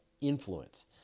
influence